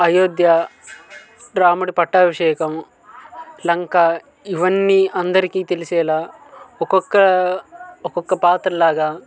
అయోధ్య రాముడి పట్టాభిషేకం లంక ఇవన్నీ అందరికీ తెలిసేలా ఒక్కొక్క ఒక్కొక్క పాత్ర లాగా